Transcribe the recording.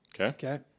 Okay